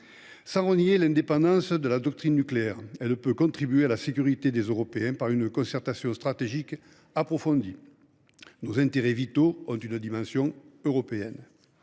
Sans renier l’indépendance de la doctrine nucléaire, elle peut contribuer à la sécurité des Européens par une concertation stratégique approfondie. Nos intérêts vitaux ont une dimension européenne.